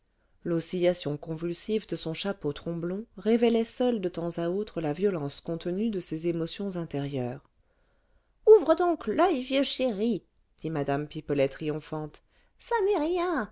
l'oscillation convulsive de son chapeau tromblon révélait seule de temps à autre la violence contenue de ses émotions intérieures ouvre donc l'oeil vieux chéri dit mme pipelet triomphante ça n'est rien